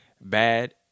Bad